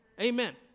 Amen